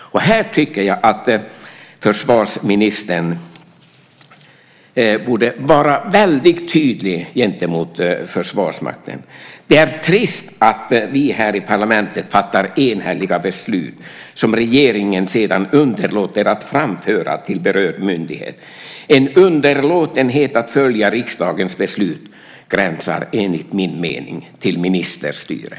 Här tycker jag att försvarsministern borde vara väldigt tydlig gentemot Försvarsmakten. Det är trist att vi här i parlamentet fattar enhälliga beslut som regeringen sedan underlåter att framföra till berörd myndighet. Underlåtenhet att följa riksdagens beslut gränsar enligt min mening till ministerstyre.